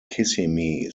kissimmee